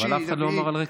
אבל אף אחד לא אמר על רקע,